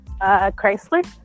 Chrysler